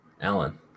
Alan